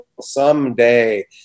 someday